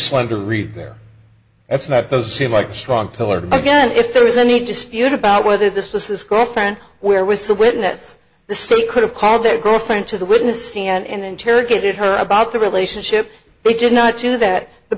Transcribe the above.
slim to read there that's not doesn't seem like a strong pillar again if there is any dispute about whether this was his girlfriend where was a witness the state could have called their girlfriend to the witness stand and interrogated her about the relationship they did not do that the